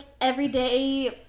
everyday